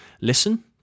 listen